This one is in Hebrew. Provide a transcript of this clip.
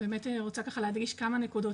באמת רוצה להדגיש כמה נקודות,